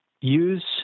use